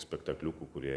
spektakliukų kurie